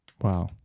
Wow